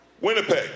Winnipeg